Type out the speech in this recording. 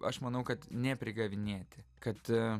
aš manau kad neprigavinėti kad